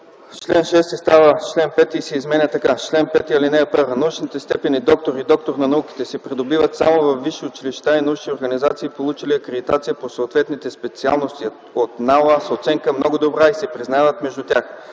чл. 6 става чл. 5 и се изменя така: „Чл. 5. (1) Научните степени „доктор” и „доктор на науките” се придобиват само във висши училища и научни организации, получили акредитация по съответните специалности от НАОА с оценка „много добра”, и се признават между тях.